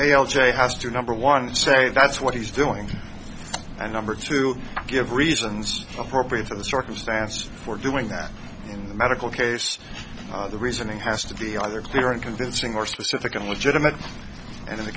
a l j has to number one say that's what he's doing and number two give reasons appropriate for the circumstances for doing that in the medical case the reasoning has to be either clear and convincing or specific and legitimate and in the